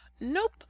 nope